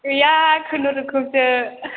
गैया खुनुरुखुमसो